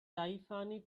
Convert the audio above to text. tiffany